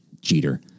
Jeter